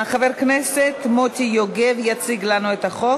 הכנסת מוטי יוגב יציג לנו את החוק,